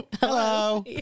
hello